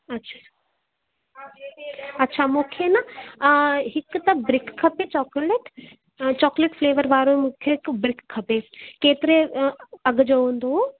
अच्छा अच्छा मूंखे न हिकु त ब्रिक खपे चॉकलेट चॉकलेट फ्लेवर वारो मूंखे हिकु ब्रिक खपे केतिरे अघि जो हूंदो